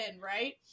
right